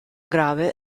grave